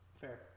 Fair